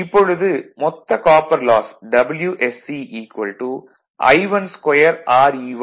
இப்பொழுது மொத்த copper loss WSC I12Re1 35